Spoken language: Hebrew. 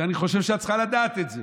ואני חושב שאת צריכה לדעת את זה: